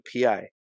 PI